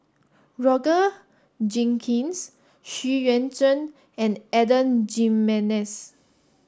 Roger Jenkins Xu Yuan Zhen and Adan Jimenez